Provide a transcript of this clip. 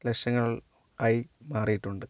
ലക്ഷങ്ങൾ ആയി മാറിയിട്ടുണ്ട്